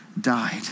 died